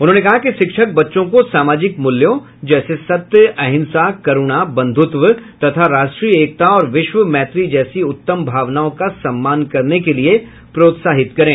उन्होंने कहा कि शिक्षक बच्चों को सामाजिक मूल्यों जैसे सत्य अहिंसा करुणा बंधुत्व तथा राष्ट्रीय एकता और विश्वमैत्री जैसी उत्तम भावनाओं का सम्मान करने के लिए प्रोत्साहित करें